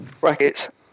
brackets